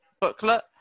booklet